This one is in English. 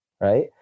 Right